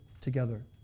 together